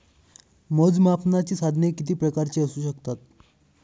मोजमापनाची साधने किती प्रकारची असू शकतात?